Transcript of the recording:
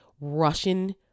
Russian